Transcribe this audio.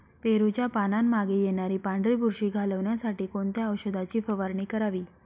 पेरूच्या पानांमागे येणारी पांढरी बुरशी घालवण्यासाठी कोणत्या औषधाची फवारणी करावी?